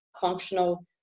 functional